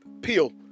Peel